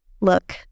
look